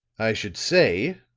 i should say,